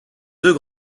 deux